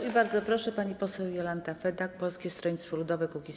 I bardzo proszę, pani poseł Jolanta Fedak, Polskie Stronnictwo Ludowe - Kukiz15.